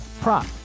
prop